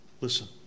Listen